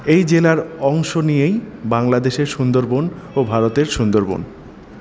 এই জেলার অংশ নিয়েই বাংলাদেশের সুন্দরবন ও ভারতের সুন্দরবন